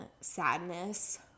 sadness